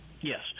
Yes